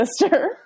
sister